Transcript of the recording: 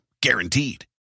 Guaranteed